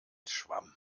schwamm